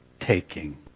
taking